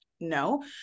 no